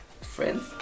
friends